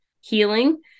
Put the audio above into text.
healing